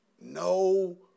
no